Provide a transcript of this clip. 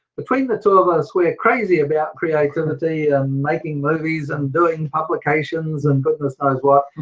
between the two of us we are crazy about creativity and making movies and doing publications and goodness knows what.